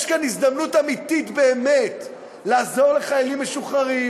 יש כאן הזדמנות אמיתית באמת לעזור לחיילים משוחררים,